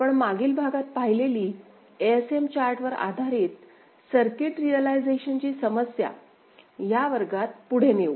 आपण मागील भागात पाहिलेली ASM चार्ट वर आधारित सर्किट रियलायझेशनची समस्या या वर्गात पुढे नेऊ